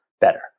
better